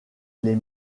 les